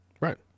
Right